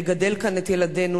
לגדל כאן את ילדינו,